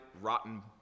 rotten